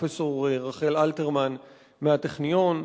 פרופסור רחל אלתרמן מהטכניון,